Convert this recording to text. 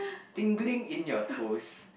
tingling in your toes